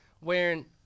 wearing